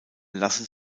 lassen